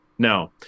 No